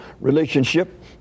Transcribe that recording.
relationship